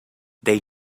they